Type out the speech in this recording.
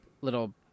little